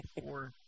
four